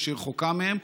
או שהיא רחוקה מהם,